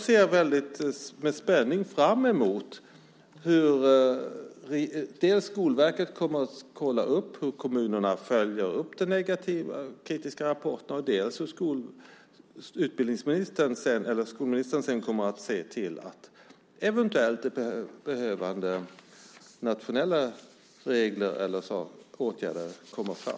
Jag ser med spänning fram emot dels hur Skolverket kommer att kolla hur kommunerna följer upp den kritiska rapporten, dels hur skolministern sedan kommer att se till att de nationella regler eller åtgärder som eventuellt behövs kommer fram.